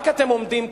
רק אתם עומדים כאן,